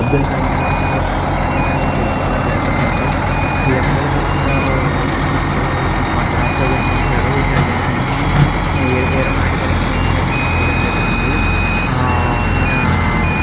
అబ్దుల్ కలాం గారి కోసమైతే మేము తెలుసుకోవడం జరిగిందండి ఈ అబ్దుల్ కలాం గారు చిన్నప్పుడు ఈయన మద్రాసులో జన్మించారు ఈయన జన్మించి ఈయన ఏ ఏరోనాటికల్ ఇంజినీరింగ్ అయితే ఈయన చేయడం జరిగింది ఈయన